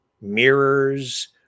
mirrors